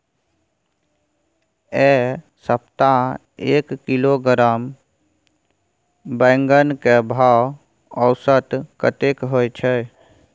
ऐ सप्ताह एक किलोग्राम बैंगन के भाव औसत कतेक होय छै?